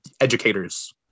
educators